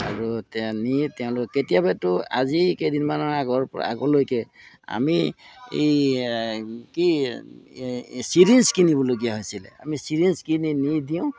আৰু তে নি তেওঁলোকে কেতিয়াবাতো আজি কেইদিনমানৰ আগৰ পৰা আগলৈকে আমি এই কি ছিৰিঞ্জ কিনিবলগীয়া হৈছিলে আমি ছিৰিঞ্জ কিনি নি দিওঁ